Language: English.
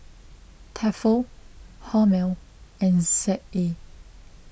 Tefal Hormel and Z A